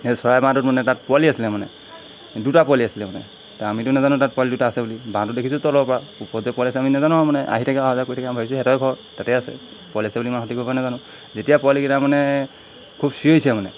চৰাই বাঁহটোত মানে তাত পোৱালি আছিলে মানে দুটা পোৱালি আছিলে মানে তাৰ আমিতো নাজানো তাত পোৱালি দুটা আছে বুলি বাঁহটো দেখিছোঁ তলৰ পৰা ওপৰত যে আমি নাজানো আৰু মানে আহি থাকে অহা যোৱা কৰি থাকে ভাবিছোঁ সেইটোৱে ঘৰ তাতে আছে পোৱালি আছে বুলি মই নাজানো যেতিয়া পোৱালিকেইটা মানে খুব চিঞৰিছে মানে